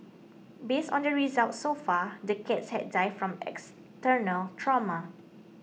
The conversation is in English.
based on the results so far the cats had died from external trauma